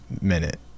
minute